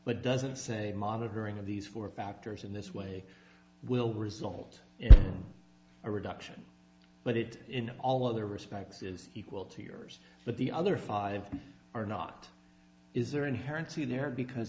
but doesn't say monitoring of these four factors in this way will result in a reduction but it in all other respects is equal to yours but the other five are not is are inherently there because